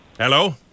Hello